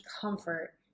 comfort